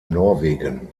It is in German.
norwegen